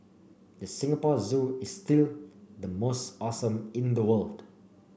the Singapore Zoo is still the most awesome in the world